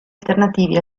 alternativi